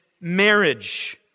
marriage